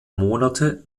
monate